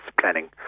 planning